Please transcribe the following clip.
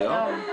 ליום.